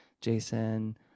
Jason